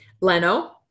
Leno